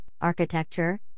architecture